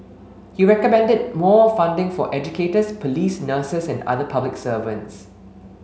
he recommended more funding for educators police nurses and other public servants